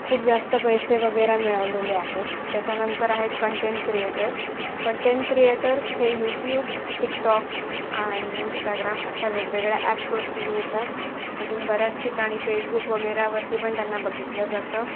खूप जास्त पैसे वगैरे मिळवलेले आहेत त्याच्यानंतर आहेत कंटेंट क्रिएटर्स कंटेंट क्रिएटर्स हे यूट्यूब टिकटॉक आणि इंस्टाग्राम अशा वेगवेगळ्या ॲप्सवरती मिळतात अजून बऱ्याच ठिकाणी फेसबुक वगैरेवरती पण त्यांना बघितलं जातं